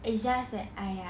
it's just that I